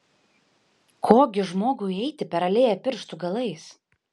ko gi žmogui eiti per alėją pirštų galais